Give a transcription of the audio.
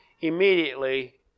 immediately